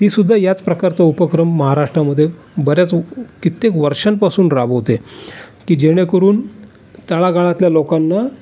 ती सुद्धा याचप्रकारचा उपक्रम महाराष्ट्रामध्ये बऱ्याच कित्येक वर्षांपासून राबवते की जेणेकरून तळागाळातल्या लोकांना